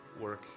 work